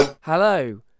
Hello